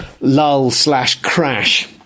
lull-slash-crash